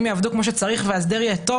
יעבדו כמו שצריך וההסדר יהיה טוב.